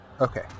Okay